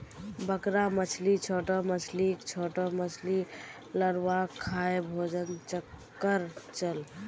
बड़का मछली छोटो मछलीक, छोटो मछली लार्वाक खाएं भोजन चक्रोक चलः